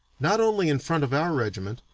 not only in front of our regiment,